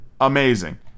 amazing